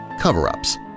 cover-ups